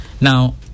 Now